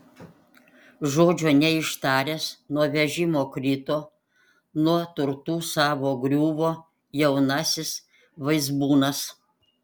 žodžio neištaręs nuo vežimo krito nuo turtų savo griuvo jaunasis vaizbūnas